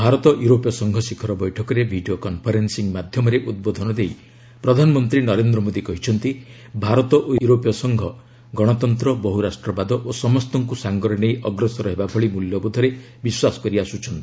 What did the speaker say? ଭାରତ ୟୁରୋପୀୟ ସଂଘ ଶିଖର ବୈଠକରେ ଭିଡ଼ିଓ କନଫରେନ୍ସିଂ ମାଧ୍ୟମରେ ଉଦ୍ବୋଧନ ଦେଇ ପ୍ରଧାନମନ୍ତ୍ରୀ ନରେନ୍ଦ୍ର ମୋଦୀ କହିଛନ୍ତି ଭାରତ ଓ ୟୁରୋପୀୟ ସଂଘ ଗଣତନ୍ତ୍ର ବହୁରାଷ୍ଟ୍ରବାଦ ଓ ସମସ୍ତଙ୍କୁ ସାଙ୍ଗରେ ନେଇ ଅଗ୍ରସର ହେବା ଭଳି ମ୍ବଲ୍ୟବୋଧରେ ବିଶ୍ୱାସ କରି ଆସୁଛନ୍ତି